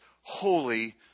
holy